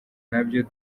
nabyo